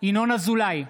ינון אזולאי,